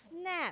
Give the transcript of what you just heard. snap